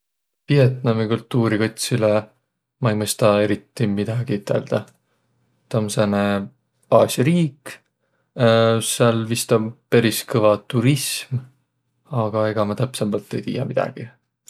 Vietnami kultuuri kotsilõ ma ei mõistaq eriti midägi üteldäq. Taa om sääne Aasia riik. Sääl vast om peris kõva turism, aga ega ma täpsembält ei tiiäq midägi.